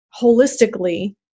holistically